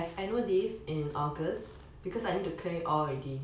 I have annual leave in august because I need to clear it all already